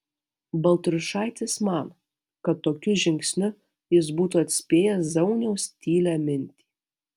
baltrušaitis mano kad tokiu žingsniu jis būtų atspėjęs zauniaus tylią mintį